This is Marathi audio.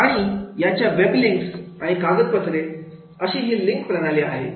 आणि याच्या वेब लिंक्स आणि आणि कागदपत्रे अशी ही लिंक प्रणाली आहे